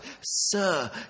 sir